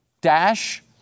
dash